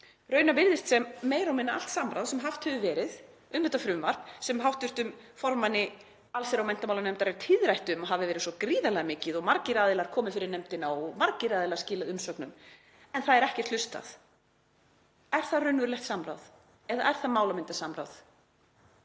Raunar virðist sem meira og minna allt samráð sem haft hefur verið um þetta frumvarp, sem hv. formanni allsherjar- og menntamálanefndar er tíðrætt um að hafi verið svo gríðarlega mikið, margir aðilar komið fyrir nefndina og margir aðilar skilað umsögnum — en það er ekkert hlustað. Er það raunverulegt samráð eða er það málamyndasamráð?